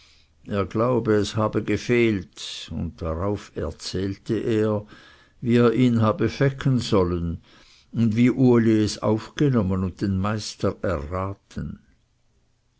er glaube es habe gefehlt und darauf erzählte er wie er ihn habe fecken sollen und wie uli es aufgenommen und den meister